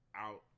out